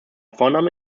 vorname